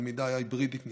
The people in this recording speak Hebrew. הלמידה ההיברידית נמשכת,